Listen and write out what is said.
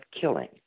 killing